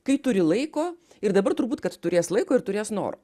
kai turi laiko ir dabar turbūt kad turės laiko ir turės noro